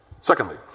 Secondly